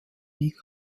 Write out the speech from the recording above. liga